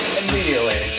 immediately